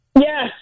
Yes